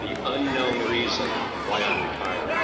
the unknown reason why i'm retiring.